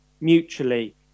mutually